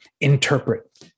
interpret